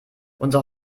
unser